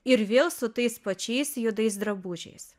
ir vėl su tais pačiais juodais drabužiais